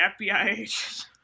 fbi